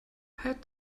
had